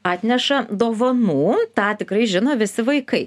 atneša dovanų tą tikrai žino visi vaikai